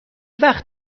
وقت